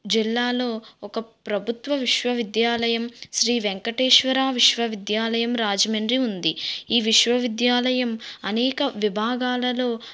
జిల్లాలో ఒక ప్రభుత్వ విశ్వవిద్యాలయం శ్రీ వెంకటేశ్వర విశ్వవిద్యాలయం రాజమండ్రి ఉంది ఈ విశ్వవిద్యాలయం అనేక విభాగాలలో